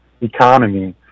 economy